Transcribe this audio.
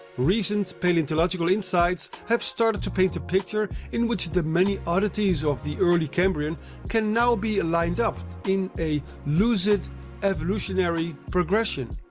recent paleontological insights have started to paint a picture in which the many oddities of the early cambrian can now be lined up in a lucid evolutionary progression.